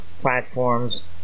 platforms